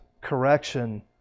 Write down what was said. correction